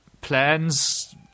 plans